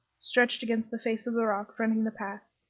stretched against the face of the rock fronting the path,